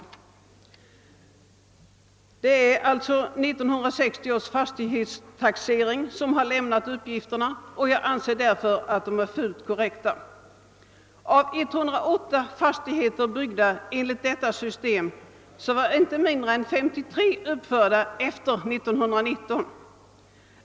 1960 års fastighetstaxering har lämnat uppgifterna, varför jag förutsätter att de är riktiga. Av 108 fastigheter byggda enligt detta system är inte mindre än 53 uppförda efter år 1919.